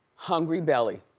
hungry belly.